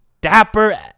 dapper